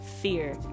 fear